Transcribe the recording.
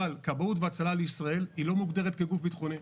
אבל כבאות והצלה לישראל לא מוגדרת כגוף ביטחוני.